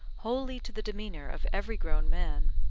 wholly to the demeanour of every grown man.